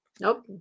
Nope